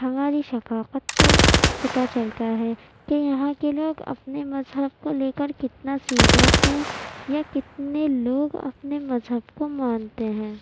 ہماری ثفاقت کا پتا چلتا ہے کہ یہاں کے لوگ اپنے مذہب کو لے کر کتنا سیرئس ہیں یا کتنے لوگ اپنے مذہب کو مانتے ہیں